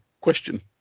question